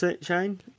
Shane